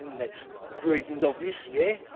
that's reason's obvious, yeah.